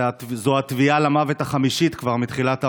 זו כבר הטביעה למוות החמישית מתחילת העונה.